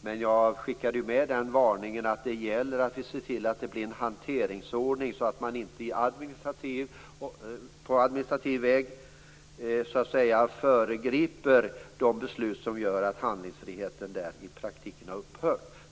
Men jag skickade ju med den varningen att det gäller att vi ser till att det blir en hanteringsordning så att man inte på administrativ väg föregriper beslut. Det skulle göra att handlingsfriheten där i praktiken har upphört.